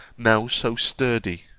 now so sturdy.